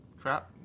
crap